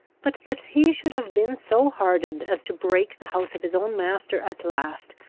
but that he should have been so hardened as to break the house of his own master at last,